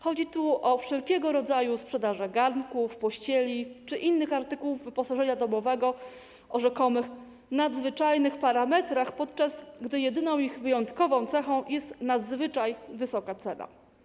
Chodzi tu o wszelkiego rodzaju sprzedaże garnków, pościeli czy innych artykułów wyposażenia domowego o rzekomych nadzwyczajnych parametrach, podczas gdy jedyną ich wyjątkową cechą jest nadzwyczaj wysoka cena.